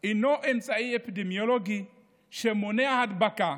אינו אמצעי אפידמיולוגי שמונע הדבקה